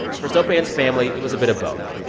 for sopan's family, it was a bit of both.